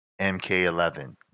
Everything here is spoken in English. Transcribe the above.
MK11